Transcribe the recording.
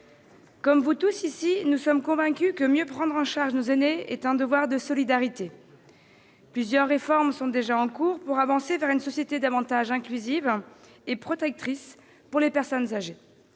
Comme vous tous, nous sommes convaincus que mieux prendre en charge nos aînés est un devoir de solidarité. Plusieurs réformes sont déjà en cours pour avancer vers une société plus inclusive et protectrice pour les personnes âgées.